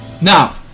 Now